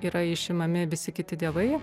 yra išimami visi kiti dievai